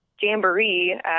jamboree